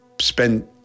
spent